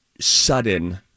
sudden